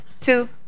two